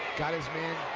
got his name,